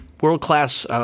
world-class